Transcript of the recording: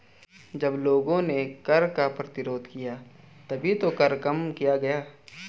जब लोगों ने कर का प्रतिरोध किया तभी तो कर कम किया गया